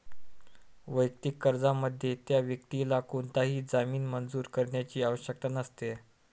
वैयक्तिक कर्जामध्ये, त्या व्यक्तीला कोणताही जामीन मंजूर करण्याची आवश्यकता नसते